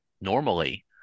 normally